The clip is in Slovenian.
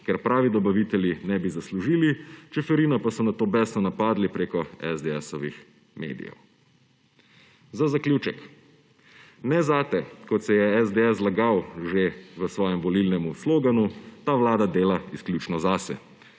ker pravi dobavitelji ne bi zaslužili, Čeferina pa so nato besno napadli preko medijev SDS. Za zaključek. Ne zate, kot se je SDS zlagal že v svojem volilnem sloganu, ta vlada dela izključno zase.